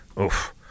oof